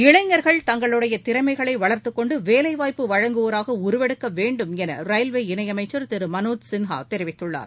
இளைஞர்கள் தங்களுடைய திறமைகளை வளர்த்துக்கொண்டு வேலைவாய்ப்பு வழங்குவோராக உருவெடுக்க வேண்டும் என ரயில்வே இணையமைச்சர் திரு மனோஜ் சின்ஹா தெரிவித்துள்ளார்